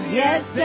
yes